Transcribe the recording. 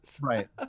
Right